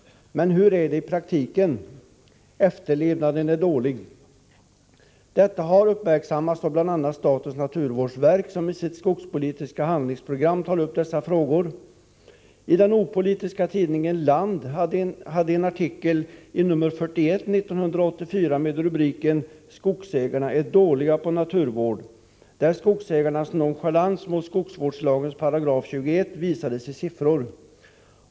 Men hur är det i praktiken? Efterlevnaden är dålig. Detta har uppmärksammats av bl.a. statens naturvårdsverk, som i sitt skogspolitiska handlingsprogram tar upp dessa frågor. Den opolitiska tidningen Land hade en artikel i nr 41 1984 med rubriken ”Skogsägarna är dåliga på naturvård”, där skogsägarnas nonchalans mot skogsvårdslagens 21 § visades i siffror.